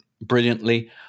brilliantly